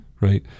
right